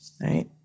Right